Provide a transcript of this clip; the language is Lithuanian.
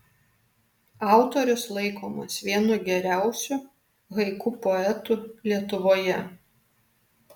autorius laikomas vienu geriausiu haiku poetų lietuvoje